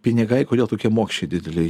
pinigai kodėl tokie mokesčiai dideli